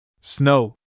snow